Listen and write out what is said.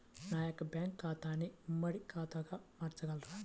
నా యొక్క బ్యాంకు ఖాతాని ఉమ్మడి ఖాతాగా మార్చగలరా?